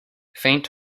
faint